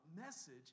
message